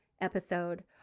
episode